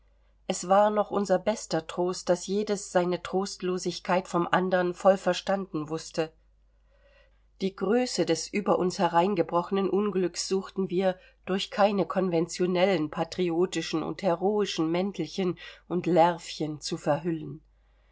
es war noch unser bester trost daß jedes seine trostlosigkeit vom andern voll verstanden wußte die größe des über uns hereingebrochenen unglückes suchten wir durch keine konventionellen patriotischen und heroischen mäntelchen und lärvchen zu verhüllen